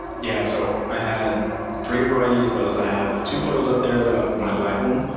yeah so i've had three varieties of those. i have two photos up there of my black one.